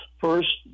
first